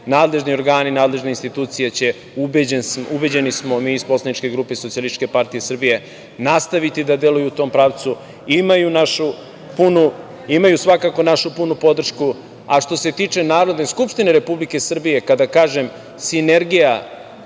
Nadležni organi, nadležne institucije će, ubeđeni smo mi iz poslaničke grupe SPS nastaviti da deluje u tom pravcu. Imaju svakako, našu punu podršku. Što se tiče Narodne skupštine Republike Srbije kada kažem sinergija